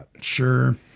sure